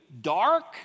dark